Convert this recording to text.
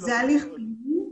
זה הליך פלילי.